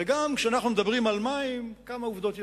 וגם כשאנחנו מדברים על מים, כמה עובדות יבשות: